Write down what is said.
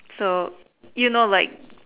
so you know like